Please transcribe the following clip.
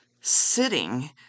sitting